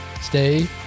Stay